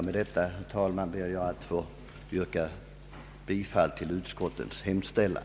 Med detta, herr talman, ber jag att få yrka bifall till utskottets hemställan.